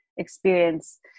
Experience